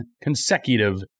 consecutive